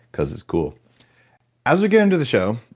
because it's cool as we get into the show,